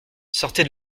sortez